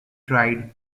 tried